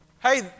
Hey